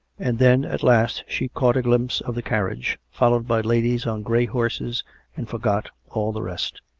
and then at last, she caught a glimpse of the carriage, followed by ladies on grey horses and forgot all the rest.